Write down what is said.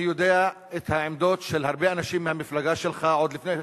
אני יודע את העמדות של הרבה אנשים מהמפלגה שלך עוד לפני,